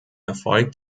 erfolg